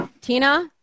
Tina